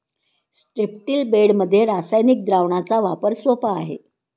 स्ट्रिप्टील बेडमध्ये रासायनिक द्रावणाचा वापर सोपा आहे